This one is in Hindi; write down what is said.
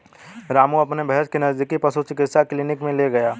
रामू अपनी भैंस को नजदीकी पशु चिकित्सा क्लिनिक मे ले गया